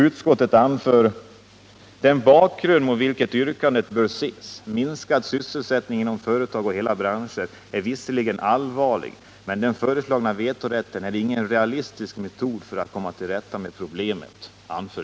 Utskottet anför: ”Den bakgrund mot vilken yrkandet bör ses — minskande sysselsättning inom företag och hela branscher — är visserligen allvarlig, men den föreslagna vetorätten är ingen realistisk metod för att komma till rätta med problemen.